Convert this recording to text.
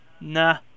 nah